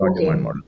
okay